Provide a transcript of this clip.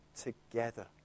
together